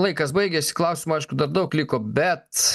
laikas baigėsi klausimų aišku dar daug liko bet